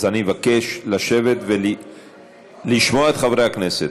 אז אני אבקש לשבת ולשמוע את חברי הכנסת.